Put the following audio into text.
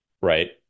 Right